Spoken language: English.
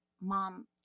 mom